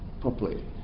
properly